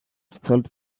spelt